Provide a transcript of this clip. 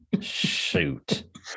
Shoot